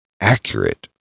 accurate